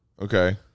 Okay